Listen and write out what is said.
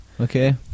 okay